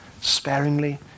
sparingly